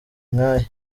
nk’aya